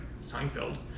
Seinfeld